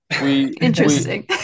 Interesting